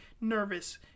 nervous